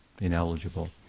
ineligible